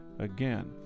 Again